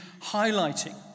highlighting